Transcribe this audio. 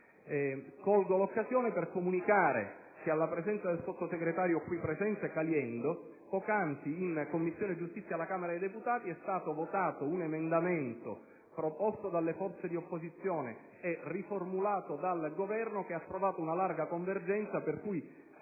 Colgo l'occasione per comunicare che, alla presenza del sottosegretario Caliendo qui presente, poc'anzi in Commissione giustizia alla Camera dei deputati è stato votato un emendamento proposto dalle forze di opposizione e riformulato dal Governo che ha trovato una larga convergenza. Pertanto,